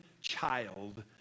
child